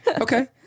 Okay